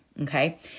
Okay